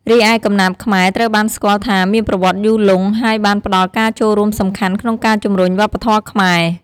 រីឯកំណាព្យខ្មែរត្រូវបានស្គាល់ថាមានប្រវត្តិយូរលង់ ហើយបានផ្តល់ការចូលរួមសំខាន់ក្នុងការជំរុញវប្បធម៌ខ្មែរ។